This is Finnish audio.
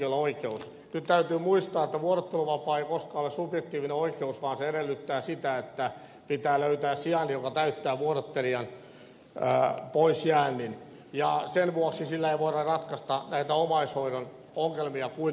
nyt täytyy muistaa että vuorotteluvapaa ei koskaan ole subjektiivinen oikeus vaan se edellyttää sitä että pitää löytää sijainen joka täyttää vuorottelijan poisjäännin ja sen vuoksi sillä ei voida ratkaista näitä omaishoidon ongelmia kuin osittain